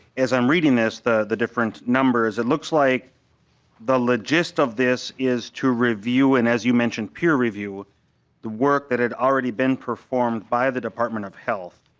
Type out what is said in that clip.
as i'm reading this the the different numbers it looks like the largest this is to review and as you mentioned peer review the work that it already been performed by the department of health